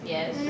Yes